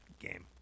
game